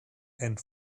and